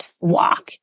walk